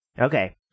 Okay